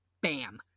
bam